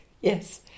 Yes